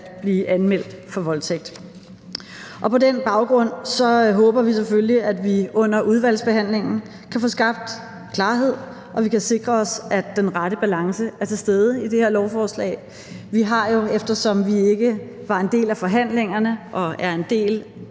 blive anmeldt for voldtægt. På den baggrund håber vi selvfølgelig, at vi under udvalgsbehandlingen kan få skabt klarhed og sikret os, at den rette balance er til stede i det her lovforslag. Vi har jo, eftersom vi ikke var en del af forhandlingen og ikke er en del